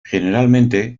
generalmente